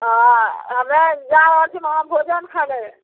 हाँ हमे जा रहल छी वहाँ भोजन खाए ले